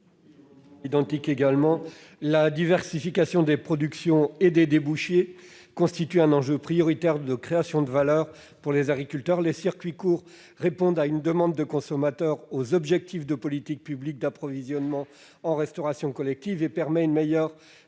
La diversification des productions et des débouchés constitue un enjeu prioritaire de création de valeur pour les agriculteurs. Les circuits courts répondent à une demande des consommateurs quant aux objectifs de politique publique d'approvisionnement en restauration collective et permettent une meilleure